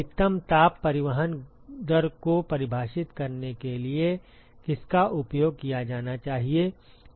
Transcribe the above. अधिकतम ताप परिवहन दर को परिभाषित करने के लिए किसका उपयोग किया जाना चाहिए